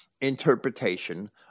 interpretation